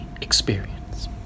experience